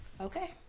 Okay